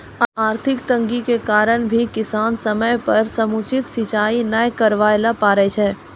आर्थिक तंगी के कारण भी किसान समय पर समुचित सिंचाई नाय करवाय ल पारै छै